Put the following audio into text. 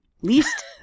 least